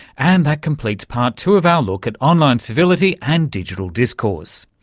and that completes part two of our look at online civility and digital discourse.